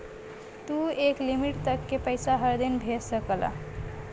तू एक लिमिट तक के पइसा हर दिन भेज सकला